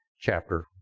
chapter